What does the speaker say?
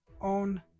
on